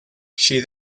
she